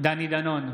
דני דנון,